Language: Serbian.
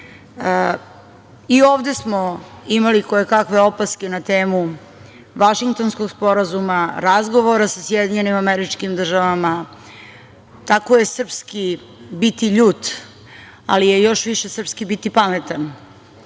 I, ovde smo imali kojekakve opaske na temu Vašingtonskog sporazuma, razgovora sa SAD. Tako je srpski biti ljut, ali je još više srpski biti pametan,